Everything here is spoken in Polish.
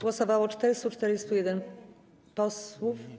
Głosowało 441 posłów.